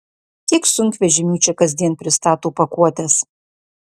kiek sunkvežimių čia kasdien pristato pakuotes